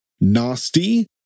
nasty